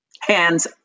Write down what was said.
Hands